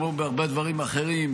כמו בהרבה דברים אחרים,